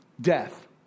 Death